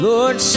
Lord